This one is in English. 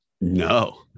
No